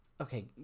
okay